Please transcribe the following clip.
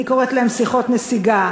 אני קוראת להן "שיחות נסיגה",